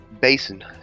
basin